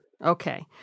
Okay